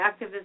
activists